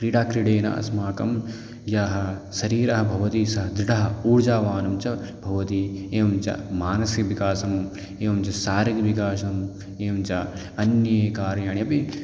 क्रीडाक्रीडनेन अस्माकं यत् शरीरं भवदि स दृढम् ऊर्जावत् च भवति एवं च मानसिकविकासम् एवं च शारीरिकविकासम् एवं च अन्यानि कार्याणि अपि